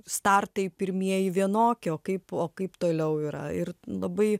startai pirmieji vienokie o kaip o kaip toliau yra ir labai